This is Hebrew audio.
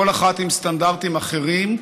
כל אחת עם סטנדרטים אחרים,